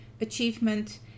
achievement